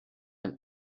ein